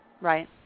Right